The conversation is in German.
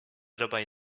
dabei